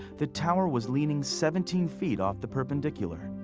the tower was leaning seventeen feet off the perpendicular.